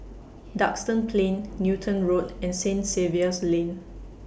Duxton Plain Newton Road and Saint Xavier's Lane